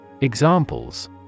Examples